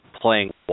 playing